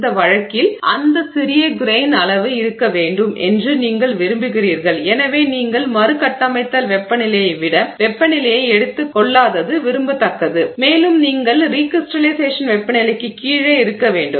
இந்த வழக்கில் அந்த சிறிய கிரெய்ன் அளவு இருக்க வேண்டும் என்று நீங்கள் விரும்புகிறீர்கள் எனவே நீங்கள் மறுகட்டமைத்தல் வெப்பநிலையை விட வெப்பநிலையை எடுத்துக் கொள்ளாதது விரும்பத்தக்கது மேலும் நீங்கள் ரீகிரிஸ்டலைசேஷன் வெப்பநிலைக்கு கீழே இருக்க வேண்டும்